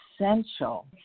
essential